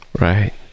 Right